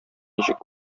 ничек